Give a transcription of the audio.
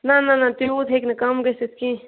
نہ نہ نہ تیوٗت ہیٚکہِ نہٕ کَم گژھِتھ کیٚنٛہہ